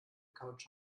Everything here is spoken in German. couch